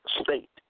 state